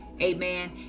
Amen